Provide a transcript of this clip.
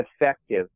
effective